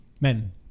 men